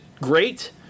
great